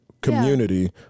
community